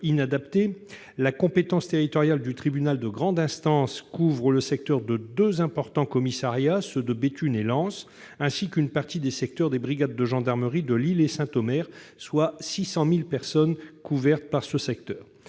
la compétence territoriale du tribunal de grande instance couvre le secteur de deux importants commissariats, ceux de Béthune et de Lens, ainsi qu'une partie des secteurs des brigades de gendarmerie de Lille et de Saint-Omer, soit 600 000 personnes. Cette situation